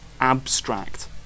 abstract